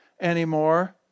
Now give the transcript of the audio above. anymore